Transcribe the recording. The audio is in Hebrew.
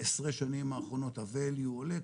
בעשרה שנים האחרונות ה-value עולה,